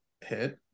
hit